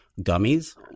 gummies